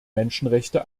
menschenrechte